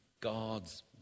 God's